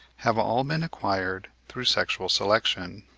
have all been acquired through sexual selection.